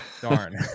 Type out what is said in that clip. Darn